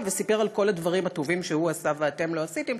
וסיפר על כל הדברים שהוא עשה ואתם לא עשיתם.